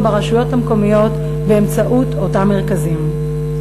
ברשויות המקומיות באמצעות אותם מרכזים.